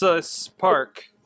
spark